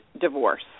divorce